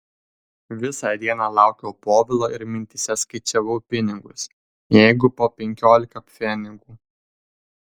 visą dieną laukiau povilo ir mintyse skaičiavau pinigus jeigu po penkiolika pfenigų